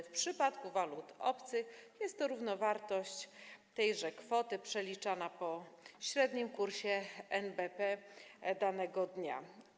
W przypadku walut obcych jest to równowartość tejże kwoty przeliczana po średnim kursie NBP danego dnia.